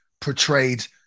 portrayed